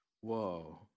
Whoa